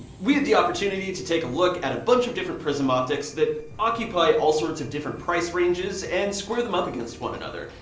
we had the opportunity to take a look at a bunch of different prism optics that occupy all sorts of different price ranges and square them up against one another,